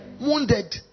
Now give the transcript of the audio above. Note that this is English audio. Wounded